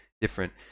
different